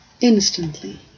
instantly